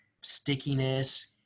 stickiness